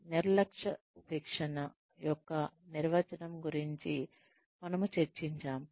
నిర్లక్ష్య శిక్షణ యొక్క నిర్వచనం గురించి మనము చర్చించాము